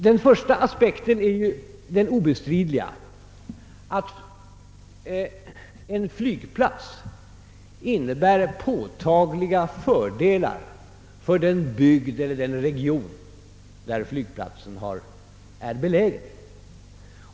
Den första aspekten är obestridligen att en flygplats innebär påtagliga fördelar för den bygd eller den region där flygplatsen är belägen.